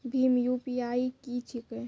भीम UPI की छीके?